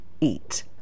eat